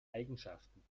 eigenschaften